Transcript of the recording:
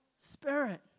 spirit